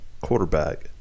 quarterback